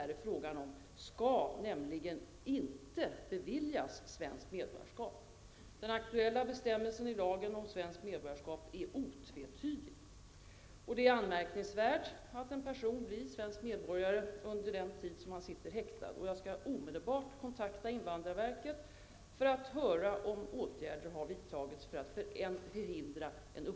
Är justitieministern beredd att se över reglerna för erhållande av svenskt medborgarskap?